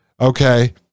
okay